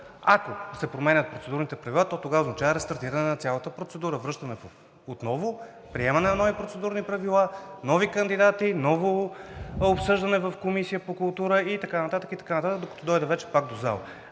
Ако се променят процедурните правила, то тогава се получава рестартиране на цялата процедура, връщане отново, приемане на нови процедурни правила, нови кандидати, ново обсъждане в Комисията по култура и така нататък, и така